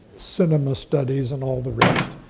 cinema studies, and all the rest.